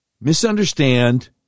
misunderstand